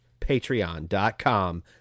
Patreon.com